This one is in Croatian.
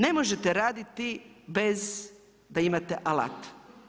Ne možete raditi bez da imate alat.